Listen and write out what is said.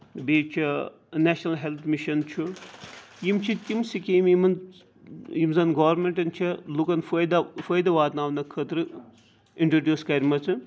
بیٚیہِ چھُ national health mission چھُ یِم چھِ تِم سکیٖمہٕ یِمن یِم زَن گورمینٹَن چھِ لُکن فٲیدا فٲیدٕ واتناونہٕ خٲطرٕ اِنٹرڈوٗس کَرِ مَژٕ